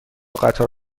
قطار